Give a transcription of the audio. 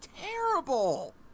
terrible